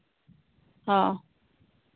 ᱦᱚᱸ